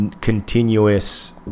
continuous